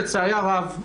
לצערי הרב,